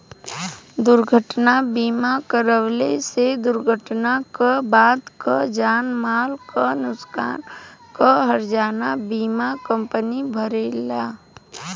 दुर्घटना बीमा करवले से दुर्घटना क बाद क जान माल क नुकसान क हर्जाना बीमा कम्पनी भरेला